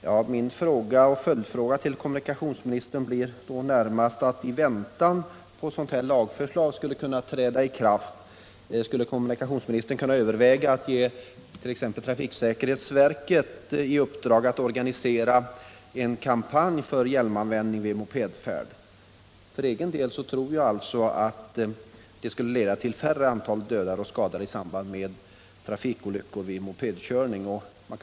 Jag vill ställa en följdfråga till kommunikationsministern: Skulle kommunikationsministern i väntan på att ett lagförslag kan träda i kraft kunna överväga att ge t.ex. trafiksäkerhetsverket i uppdrag att organisera en kampanj för hjälmanvändning vid mopedfärd? För egen del tror jag att det skulle kunna leda till att vi fick färre döda och skadade i samband med trafikolyckor vid mopedkörning.